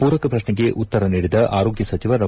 ಪೂರಕ ಪ್ರಶ್ನೆಗೆ ಉತ್ತರ ನೀಡಿದ ಆರೋಗ್ಯ ಸಚಿವ ಡಾ